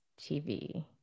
TV